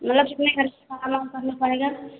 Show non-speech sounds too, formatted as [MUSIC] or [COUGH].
मतलब कितने खर [UNINTELLIGIBLE] सामान सब मिल पाएगा